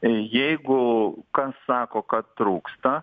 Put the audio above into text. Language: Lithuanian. jeigu kas sako kad trūksta